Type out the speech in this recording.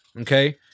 okay